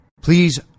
Please